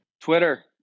Twitter